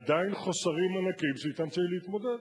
עדיין חוסרים ענקיים שאתם צריך להתמודד,